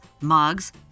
mugs